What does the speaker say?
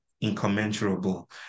incommensurable